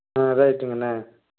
ம் ரைட்டுங்கண்ணா